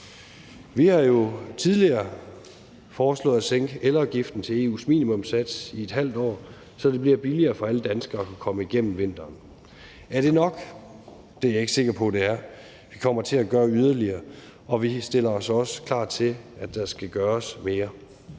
Vi har jo tidligere foreslået at sænke elafgiften til EU's minimumssats i ½ år, så det bliver billigere for alle danskere at komme igennem vinteren. Er det nok? Det er jeg ikke sikker på det er. Vi kommer til at gøre yderligere, og vi stiller os også klar til, at der skal gøres mere,